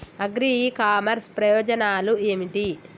Agri e commerce ప్రయోజనాలు ఏమిటి?